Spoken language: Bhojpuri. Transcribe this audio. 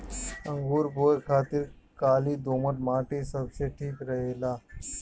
अंगूर बोए खातिर काली दोमट माटी सबसे ठीक रहेला